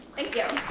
thank you.